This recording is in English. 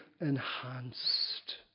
enhanced